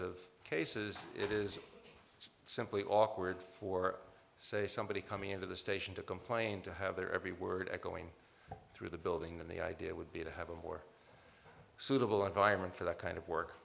of cases it is simply awkward for say somebody coming into the station to complain to have their every word echoing through the building and the idea would be to have a more suitable environment for that kind of work